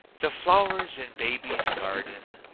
the flowers in baby's garden,